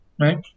right